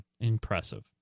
impressive